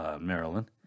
Maryland